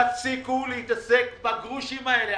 תפסיקו להתעסק בגרושים האלה.